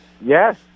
Yes